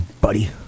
buddy